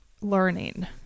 learning